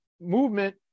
movement